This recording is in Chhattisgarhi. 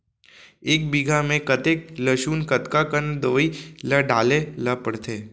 एक बीघा में कतेक लहसुन कतका कन दवई ल डाले ल पड़थे?